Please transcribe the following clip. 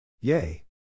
Yay